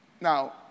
Now